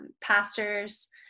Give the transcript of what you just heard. pastors